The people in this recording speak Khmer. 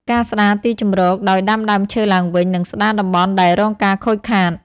ការស្តារទីជម្រកដោយ ដាំដើមឈើឡើងវិញ និងស្តារតំបន់ដែលរងការខូចខាត។